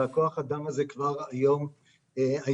וכוח האדם הזה כבר היום מצומצם.